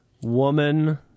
woman